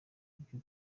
byo